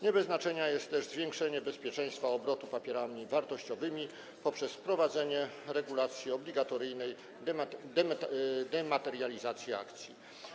Nie bez znaczenia jest też zwiększenie bezpieczeństwa obrotu papierami wartościowymi poprzez wprowadzenie obligatoryjnej dematerializacji akcji.